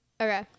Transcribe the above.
Okay